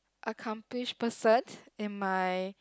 accomplish person in my